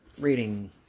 reading